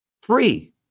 free